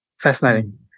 Fascinating